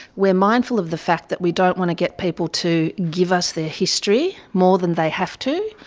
we are mindful of the fact that we don't want to get people to give us their history more than they have to.